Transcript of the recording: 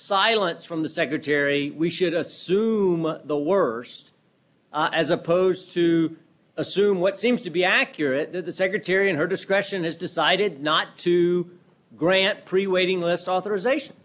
silence from the secretary we should assume the worst as opposed to assume what seems to be accurate that the secretary and her discretion has decided not to grant pre waiting lists authorization